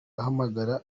ahamagara